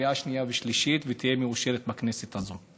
בקריאה שנייה ושלישית ותהיה מאושרת בכנסת הזאת,